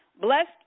blessed